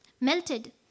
melted